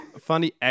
funny